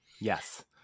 Yes